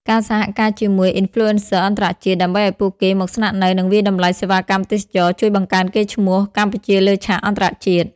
ការសហការជាមួយ Influencer អន្តរជាតិ ដើម្បីឱ្យពួកគេមកស្នាក់នៅ និងវាយតម្លៃសេវាកម្មទេសចរណ៍ ជួយបង្កើនកេរ្តិ៍ឈ្មោះកម្ពុជាលើឆាកអន្តរជាតិ។